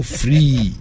free